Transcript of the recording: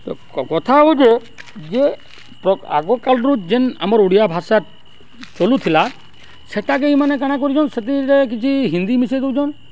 ତ କଥା ହଉଚେ ଯେ ଆଗକାଳରୁ ଯେନ୍ ଆମର୍ ଓଡ଼ିଆ ଭାଷା ଚଲୁଥିଲା ସେଟାକେ ଇମାନେ କାଣା କରିଚନ୍ ସେଥିରେ କିଛି ହିନ୍ଦୀ ମିଶେଇ ଦଉଚନ୍